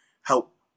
help